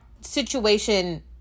situation